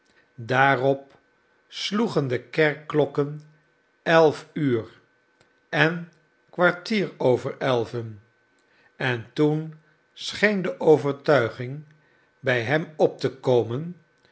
daarop sloegen de kerkklokken elf uur en kwartier over elven en toen scheen de overtuiging bij hem op te komen